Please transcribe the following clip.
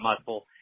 muscle